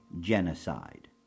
genocide